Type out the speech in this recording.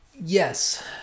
Yes